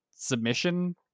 submission